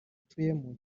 utuyemo